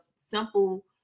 simple